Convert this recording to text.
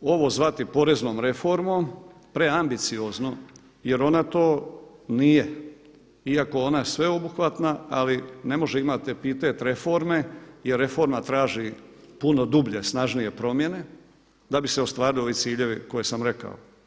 ovo zvati poreznom reformom, preambiciozno jer ona to nije iako je ona sveobuhvatna ali ne može imati epitet reforme jer reforma traži puno dublje, snažnije promjene da bi se ostvarili ovi ciljevi koje sam rekao.